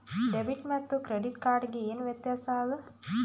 Debit ಮತ್ತ credit card ಗೆ ಏನ ವ್ಯತ್ಯಾಸ ಆದ?